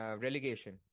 Relegation